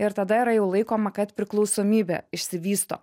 ir tada yra jau laikoma kad priklausomybė išsivysto